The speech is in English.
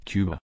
Cuba